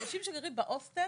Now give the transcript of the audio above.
אנשים שגרים בהוסטל,